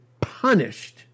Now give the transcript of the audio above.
punished